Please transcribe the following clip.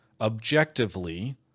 objectively